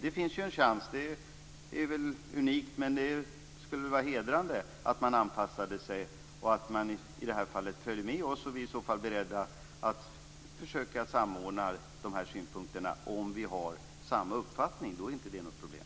Det finns en chans. Det är väl unikt, men det skulle vara hedrande, att anpassa sig och i det här fallet följa med oss. Vi är i så fall beredda att försöka samordna dessa synpunkter. Om vi har samma uppfattning är inte det något problem.